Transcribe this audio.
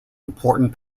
important